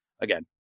again